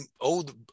old